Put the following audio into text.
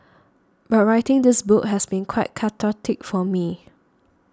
but writing this book has been quite cathartic for me